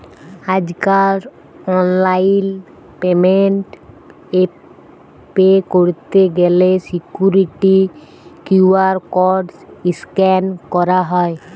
আজ কাল online payment এ পে ক্যরত গ্যালে সিকুইরিটি কিউ.আর কড স্ক্যান ক্যরা হ্য়